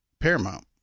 Paramount